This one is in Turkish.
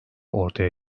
ortaya